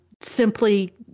simply